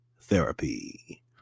therapy